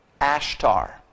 Ashtar